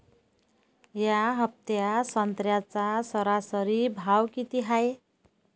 या हफ्त्यात संत्र्याचा सरासरी भाव किती हाये?